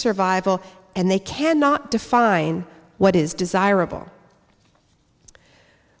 survival and they cannot define what is desirable